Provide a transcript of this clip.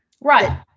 Right